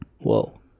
whoa